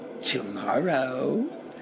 tomorrow